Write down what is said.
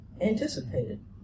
anticipated